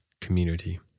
community